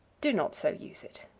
do not so use it.